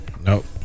Nope